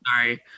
Sorry